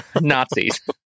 Nazis